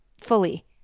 fully